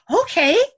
okay